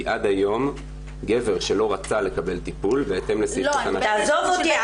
כי עד היום גבר שלא רצה לקבל טיפול בהתאם --- עזוב אותי,